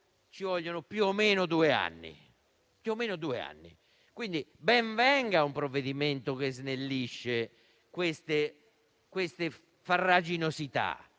ci vogliono più o meno due anni, quindi ben venga un provvedimento che snellisca queste farraginosità.